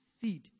seed